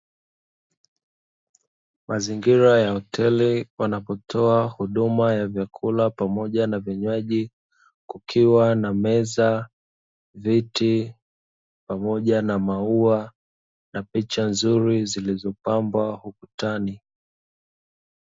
Mazingira ya hoteli wanapotoa huduma ya vyakula pamoja na vinywaji, kukiwa na meza, viti pamoja na maua na picha nzuri zilizopambwa ukutani.